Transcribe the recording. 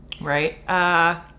right